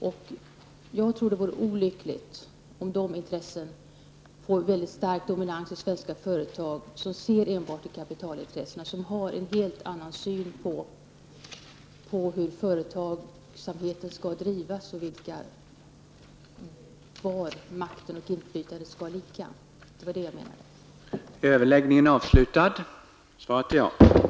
Jag tror att det vore olyckligt om de intressen skulle få en mycket stark dominans i svenska företag som ser enbart till kapitalet och som har en helt annan syn på hur företag skall drivas och var makten och inflytandet skall ligga. Det var det jag menade.